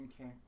Okay